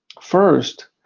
first